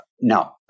No